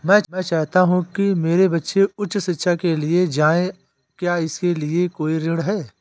मैं चाहता हूँ कि मेरे बच्चे उच्च शिक्षा के लिए जाएं क्या इसके लिए कोई ऋण है?